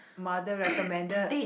mother recommended